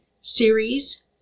series